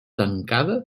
tancada